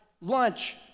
lunch